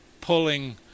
pulling